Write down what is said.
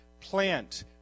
plant